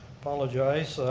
apologize,